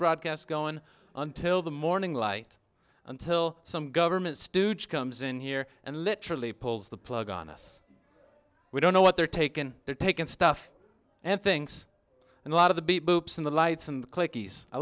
broadcast going until the morning light until some government stooge comes in here and literally pulls the plug on us we don't know what they're taken they're taken stuff and things and a lot of the b boops in the lights and the click i